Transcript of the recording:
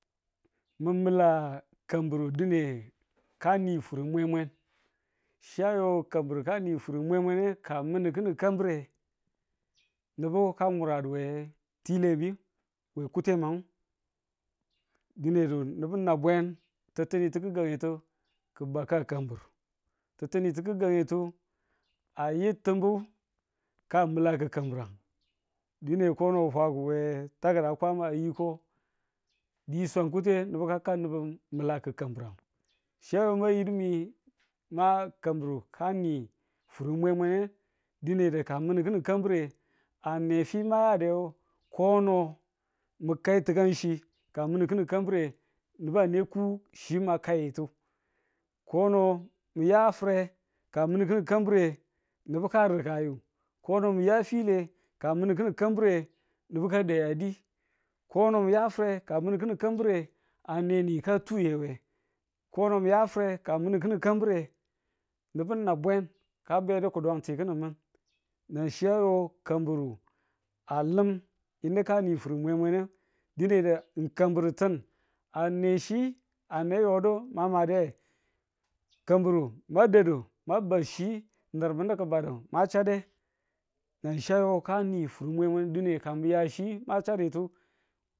mi mila kamburu dine ka ni fur mwe mwe, chi a yo kamburu kani fur mwe mwene ka mini kani kambi̱re nubu ka muradu we tilemi we kuten mang dinedu nubunabwen ti̱ttinitu gi̱gangu ki̱tu, ki̱ ba ka kamburu, tittinitu gi̱gange tu a yi timbu. ka milaku kamburang dine kono a fwabu we takada Kwama ayi ko di swan kuten, nubu ka ka nubu milaku kamburang chi ayo ma yidi me ma kamburu kani furu mwe mwe ne dine du ka minu ki̱ni kambureng a ne fi ma ya duwe kono mi kai ti̱kanchi ka minu ki̱nin kambure nubu a ne ku chi ma kayitu kono niya fire, ka minu ki̱ning kambire, nubu ka rigkayu ko no mi ya file, ka minu kini̱n kambure, nubu ka dayi a di. kono mi ya fire ka min ki̱nin kambire a neni ka tuye we kono miya fire, ka minu kinng kambure, nubu nabwen ka bedu kudon ng ti kani min. nan chi a yo kamburu a lem yinu ka ni fur mwe mweneng, dinedu kambi̱ritin a ne chi a ne yo do mamade kamburu ma dadu ma ba chi nurmunu ki̱ badu ma chade nan chi a yo ka nin furi mwe mwenu dine ka ng ya chi ma chaditu.